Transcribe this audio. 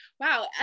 Wow